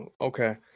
Okay